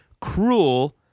cruel